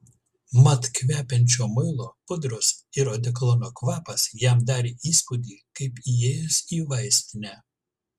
mat kvepiančio muilo pudros ir odekolono kvapas jam darė įspūdį kaip įėjus į vaistinę